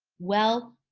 well,